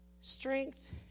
strength